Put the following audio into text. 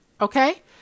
okay